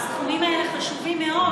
אנחנו בגירעון, הסכומים האלה חשובים מאוד.